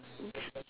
it's